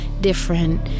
different